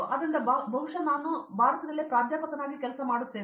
ಆದ್ದರಿಂದ ಬಹುಶಃ ನಾನು ಪ್ರಾಧ್ಯಾಪಕರಾಗಿ ಕೆಲಸ ಮಾಡುತ್ತಿದ್ದೆ